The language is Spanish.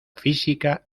física